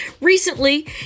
Recently